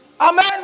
Amen